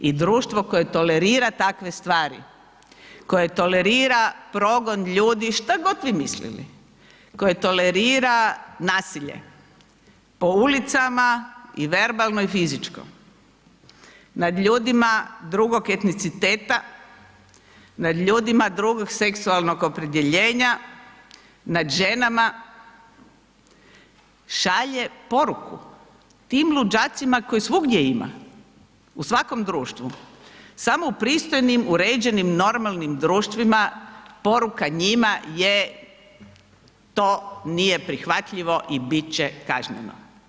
I društvo koje tolerira takve stvari, koje tolerira progon ljudi šta god vi mislili, koje tolerira nasilje po ulicama i verbalno i fizičko nad ljudima drugog etniciteta, nad ljudima drugog seksualnog opredjeljenja, nad ženama, šalje poruku tim luđacima kojih svugdje ima, u svakom društvu, samo u pristojnim, uređenim, normalnim društvima poruka njima je to nije prihvatljivo i bit će kažnjeno.